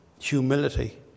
humility